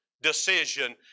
decision